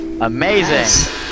Amazing